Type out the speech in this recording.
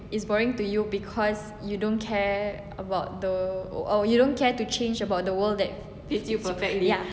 it's boring to you because you don't care about the or you don't care to change about the world that fits you perfectly ya